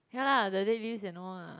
ya lah the dead lifts and all ah